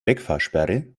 wegfahrsperre